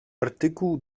artykuł